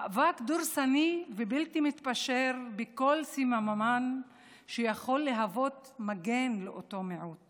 מאבק דורסני ובלתי מתפשר בכל סממן שיכול להוות מגן לאותו מיעוט